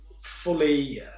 fully